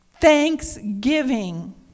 Thanksgiving